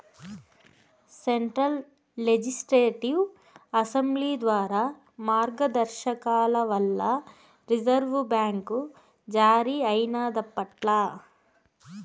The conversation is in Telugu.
సెంట్రల్ లెజిస్లేటివ్ అసెంబ్లీ ద్వారా మార్గదర్శకాల వల్ల రిజర్వు బ్యాంక్ జారీ అయినాదప్పట్ల